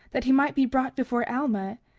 that he might be brought before alma,